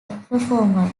performer